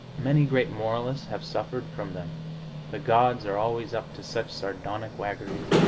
many great moralists have suffered from them the gods are always up to such sardonic waggeries.